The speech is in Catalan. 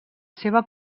seva